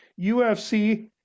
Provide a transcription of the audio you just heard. ufc